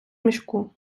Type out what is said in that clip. мішку